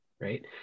right